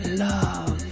love